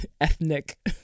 ethnic